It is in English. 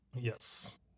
Yes